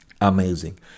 amazing